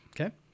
Okay